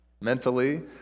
mentally